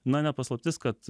na ne paslaptis kad